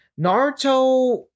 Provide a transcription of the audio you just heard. Naruto